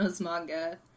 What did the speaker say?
manga